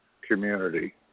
community